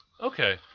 Okay